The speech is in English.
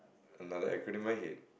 another acronym I hate